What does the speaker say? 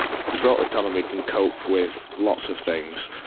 the gibraltar economy can cope with lots of things,